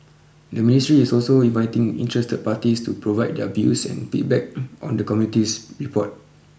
the ministry is also inviting interested parties to provide their views and feedback on the committee's report